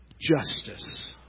justice